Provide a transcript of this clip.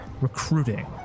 recruiting